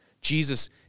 Jesus